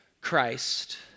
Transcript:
Christ